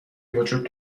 وجود